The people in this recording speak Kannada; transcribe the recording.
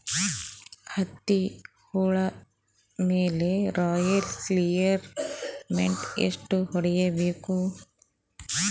ಹತ್ತಿ ಹುಳ ಮೇಲೆ ರಾಯಲ್ ಕ್ಲಿಯರ್ ಮೈಟ್ ಎಷ್ಟ ಹೊಡಿಬೇಕು?